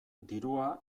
dirua